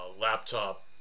laptop